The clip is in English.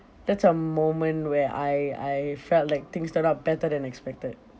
that's a moment where I I felt like things turned out better than expected